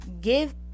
give